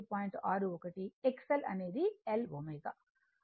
61 XL అనేది L ω